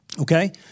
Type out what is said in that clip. okay